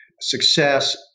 success